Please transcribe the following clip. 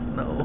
no